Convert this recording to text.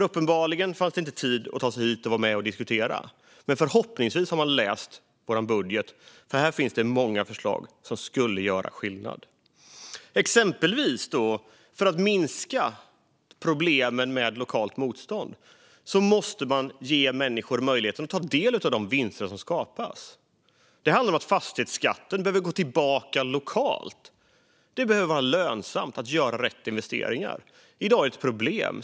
Uppenbarligen fanns det inte tid att ta sig hit och vara med och diskutera, men förhoppningsvis har de läst vår budget. Där finns det många förslag som skulle göra skillnad. För att exempelvis minska problemen med lokalt motstånd måste man ge människor möjligheten att ta del av de vinster som skapas. Det handlar om att fastighetsskatten behöver sänkas lokalt. Det behöver vara lönsamt att göra rätt investeringar. I dag är detta ett problem.